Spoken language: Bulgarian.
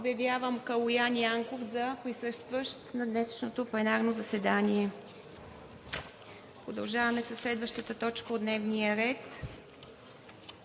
Обявявам Калоян Янков за присъстващ на днешното пленарно заседание. Продължаваме със следващата точка от дневния ред: